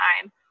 time